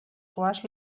quals